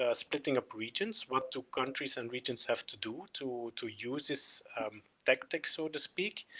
ah splitting up regions, what two countries and regions have to do to, to use this tactic, so to speak,